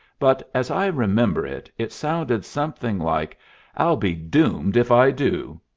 but, as i remember it, it sounded something like i'll be doomed if i do!